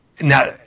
Now